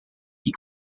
die